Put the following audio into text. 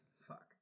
fuck